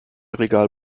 regal